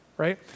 right